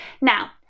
Now